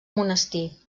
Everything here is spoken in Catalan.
monestir